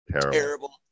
terrible